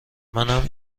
منم